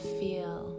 feel